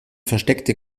versteckte